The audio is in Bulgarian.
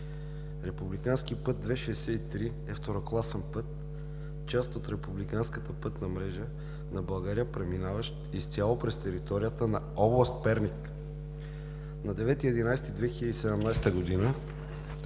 Републикански път 2.63 е второкласен път, част от републиканската пътна мрежа на България, преминаващ изцяло през територията на област Перник. На 9 ноември